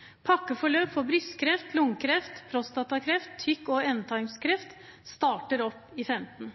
pakkeforløp for kreft defineres hvor mange kalenderdager de ulike delene av forløpet skal ha. Det skal fjerne usikkerhet – og usikkerhet med hensyn til venting. Pakkerforløp for brystkreft, lungekreft, prostatakreft, tykk- og endetarmskreft starter opp i 2015.